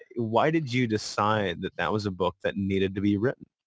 why did you decide that that was a book that needed to be written?